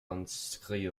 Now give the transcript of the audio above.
inscrits